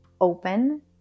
open